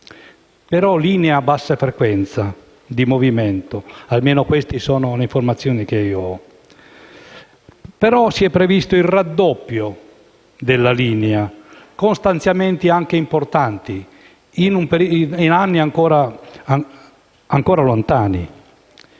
però linea a bassa frequenza di movimento (almeno queste sono le informazioni che ho). Si è però previsto il raddoppio della linea con stanziamenti anche importanti in anni ancora lontani.